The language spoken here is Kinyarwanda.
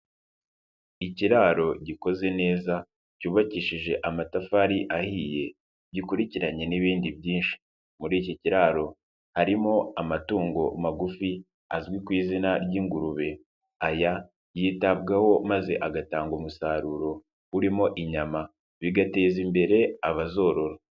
Ikiraro gikoze neza cyubakishije amatafari ahiye, gikurikiranye n'ibindi byinshi, muri iki kiraro harimo amatungo magufi azwi ku izina ry'ingurube. Aya yitabwaho maze agatanga umusaruro urimo inyama bigateza imbere abazorora.